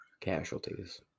Casualties